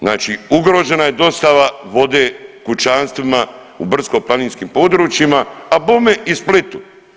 Znači ugrožena je dostava vode kućanstvima u Brdsko-planinskim područjima, a bome i Splitu.